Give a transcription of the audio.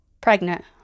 pregnant